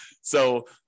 So-